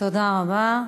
תודה רבה.